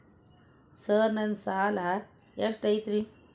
Sir ನನ್ನ ಸಾಲಾ ಎಷ್ಟು ಐತ್ರಿ?